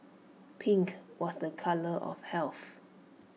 pink was the colour of health